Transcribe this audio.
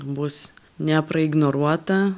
bus nepraignoruota